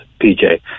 PJ